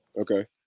Okay